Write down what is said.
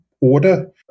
order